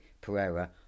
Pereira